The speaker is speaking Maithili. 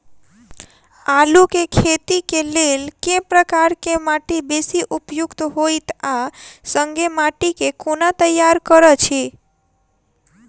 आलु केँ खेती केँ लेल केँ प्रकार केँ माटि बेसी उपयुक्त होइत आ संगे माटि केँ कोना तैयार करऽ छी?